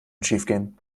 schiefgehen